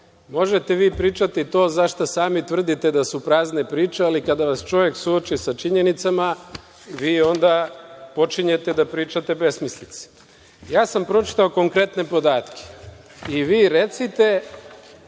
Možete vi pričati to za šta sami tvrdite da su prazne priče, ali kada vas čovek suoči sa činjenicama, vi onda počinjete da pričate besmislice. Ja sam pročitao konkretne podatke i vi recite